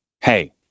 Hey